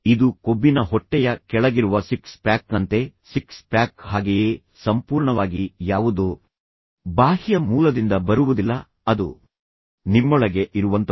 ಇದು ಕೊಬ್ಬಿನ ಹೊಟ್ಟೆಯ ಕೆಳಗಿರುವ ಸಿಕ್ಸ್ ಪ್ಯಾಕ್ನಂತೆ ಸಿಕ್ಸ್ ಪ್ಯಾಕ್ ಹಾಗೆಯೇ ಸಂಪೂರ್ಣವಾಗಿ ಯಾವುದೋ ಬಾಹ್ಯ ಮೂಲದಿಂದ ಬರುವುದಿಲ್ಲ ಅದು ನಿಮ್ಮೊಳಗೆ ಇರುವಂತಹುದು